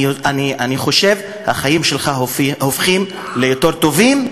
ואני חושב שהחיים שלך הופכים ליותר טובים,